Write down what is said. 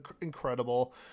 incredible